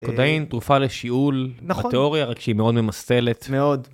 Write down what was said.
קודאין תרופה לשיעול, התיאוריה רק שהיא מאוד ממסטלת.